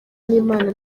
n’imana